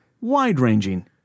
wide-ranging